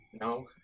no